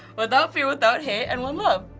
without fear, without hate, and one love.